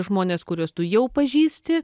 žmones kuriuos tu jau pažįsti